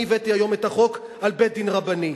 אני הבאתי היום את החוק על בית-דין רבני.